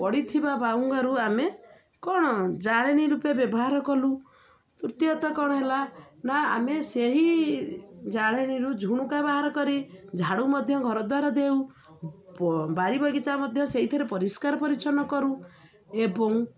ପଡ଼ିଥିବା ବାଉଙ୍ଗାରୁ ଆମେ କ'ଣ ଜାଳେଣୀ ରୂପେ ବ୍ୟବହାର କଲୁ ତୃତୀୟତଃ କ'ଣ ହେଲା ନା ଆମେ ସେହି ଜାଳେଣୀରୁ ଝୁଣୁକା ବାହାର କରି ଝାଡ଼ୁ ମଧ୍ୟ ଘରଦ୍ଵାର ଦେଉ ବ ବାରି ବଗିଚା ମଧ୍ୟ ସେଇଥିରେ ପରିଷ୍କାର ପରିଚ୍ଛନ୍ନ କରୁ ଏବଂ